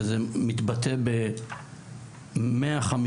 שזה מתבטא ב-150,000